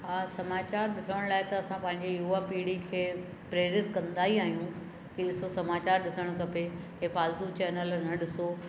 हा समाचार ॾिसण लाइ त असां पंहिंजी यूवा पीढ़ी खे प्रेरित कंदा ई आहियूं कि ॾिसो समाचार ॾिसण खपे इहे फालतू चैनल न ॾिसो